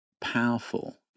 powerful